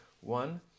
one